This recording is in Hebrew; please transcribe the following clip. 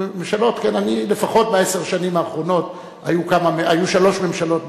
לפחות בעשר השנים האחרונות היו שלוש ממשלות בישראל.